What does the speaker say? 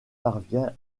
parvient